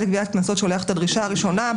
לגביית קנסות שולח את הדרישה הראשונה.